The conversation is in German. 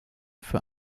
für